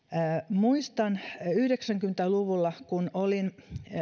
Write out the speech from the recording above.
muistan kun yhdeksänkymmentä luvulla kun olin